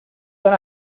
tan